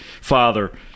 father